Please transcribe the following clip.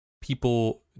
people